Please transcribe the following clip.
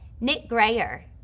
nick grayer,